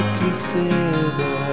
consider